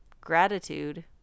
Gratitude